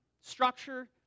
Structure